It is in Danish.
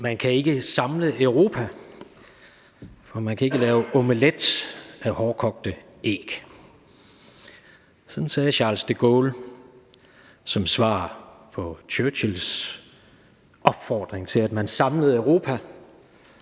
Man kan ikke samle Europa, for »man kan ikke lave omelet af hårdkogte æg«. Sådan sagde Charles de Gaulle som svar på Churchills opfordring til, at man samlede Europa.